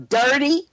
dirty